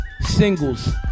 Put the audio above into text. singles